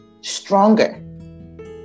stronger